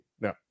No